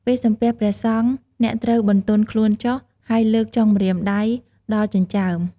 ពេលសំពះព្រះសង្ឃ អ្នកត្រូវបន្ទន់ខ្លួនចុះ ហើយលើកចុងម្រាមដៃដល់ចិញ្ចើម។